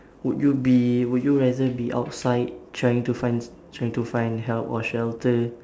would you be would you rather be outside trying to find trying to find help or shelter